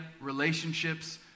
relationships